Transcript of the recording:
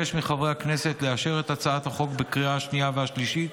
אבקש מחברי הכנסת לאשר את הצעת החוק בקריאה השנייה והשלישית.